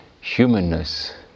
humanness